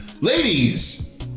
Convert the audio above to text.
Ladies